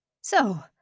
So